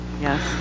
Yes